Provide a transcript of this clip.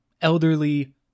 elderly